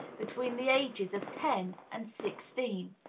between the ages of ten and sixteen.